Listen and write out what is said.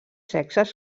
sexes